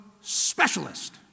specialist